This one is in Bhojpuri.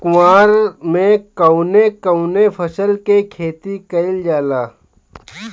कुवार में कवने कवने फसल के खेती कयिल जाला?